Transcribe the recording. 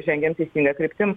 žengiam teisinga kryptim